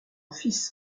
fils